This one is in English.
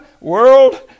world